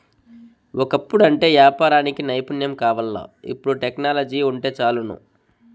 ఒకప్పుడంటే యాపారానికి నైపుణ్యం కావాల్ల, ఇపుడు టెక్నాలజీ వుంటే చాలును